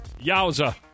Yowza